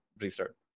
restart